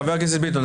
חבר הכנסת ביטון,